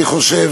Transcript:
אני חושב